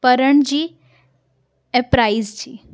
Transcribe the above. पढ़ण जी ऐं प्राइज़ जी